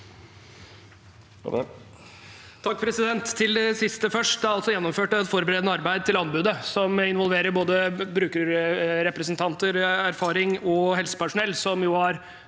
(A) Til det siste først: Det er altså gjennomført et forberedende arbeid til anbudet som involverer både brukerrepresentanter, erfaring og helsepersonell, som jo har